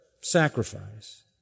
sacrifice